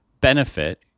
benefit